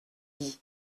dit